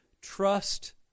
trust